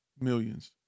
millions